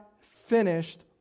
finished